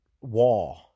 wall